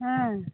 ᱦᱮᱸ